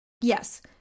yes